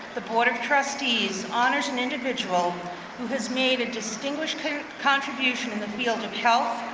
the board of trustees honors an individual who has made a distinguished contribution in the field of health,